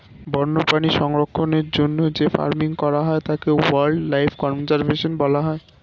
বন্যপ্রাণী সংরক্ষণের জন্য যে ফার্মিং করা হয় তাকে ওয়াইল্ড লাইফ কনজার্ভেশন বলা হয়